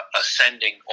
ascending